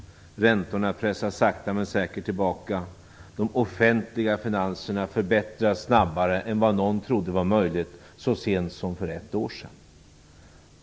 Räntorna pressas sakta men säkert tillbaka. De offentliga finanserna förbättras snabbare än vad någon trodde var möjligt så sent som för ett år sedan.